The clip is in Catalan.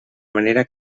manera